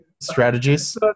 Strategies